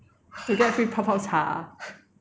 to get you 泡泡茶